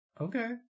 Okay